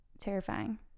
terrifying